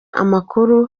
amakuru